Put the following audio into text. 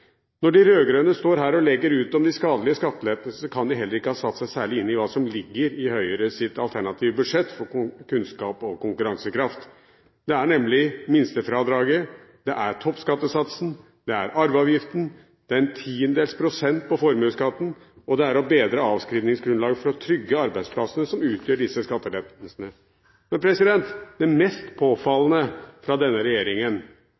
Når de rød-grønne står her og legger ut om de skadelige skattelettene, kan de ikke ha satt seg særlig inn i hva som ligger i Høyres alternative budsjett for kunnskap og konkurransekraft. Det er nemlig minstefradraget, det er toppskattesatsen, det er arveavgiften, det er en tiendedels prosent på formuesskatten, og det er å bedre avskrivningsgrunnlaget for å trygge arbeidsplassene som utgjør disse skattelettene. Det mest påfallende fra denne regjeringen